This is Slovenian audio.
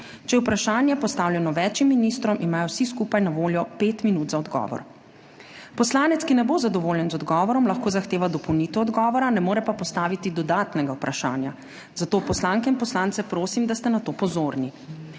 Če je vprašanje postavljeno več ministrom, imajo vsi skupaj na voljo pet minut za odgovor. Poslanec, ki ne bo zadovoljen z odgovorom, lahko zahteva dopolnitev odgovora, ne more pa postaviti dodatnega vprašanja, zato poslanke in poslance prosim, da ste na to pozorni.